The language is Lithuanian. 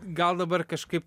gal dabar kažkaip